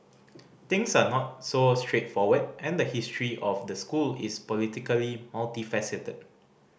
things are not so straightforward and the history of the school is politically multifaceted